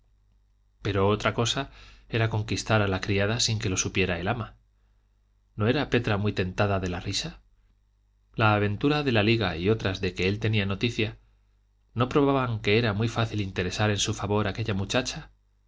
pero otra cosa era conquistar a la criada sin que lo supiera el ama no era petra muy tentada de la risa la aventura de la liga y otras de que él tenía noticia no probaban que era muy fácil interesar en su favor a aquella muchacha